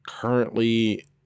Currently